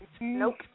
Nope